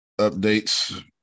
updates